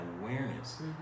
awareness